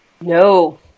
No